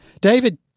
David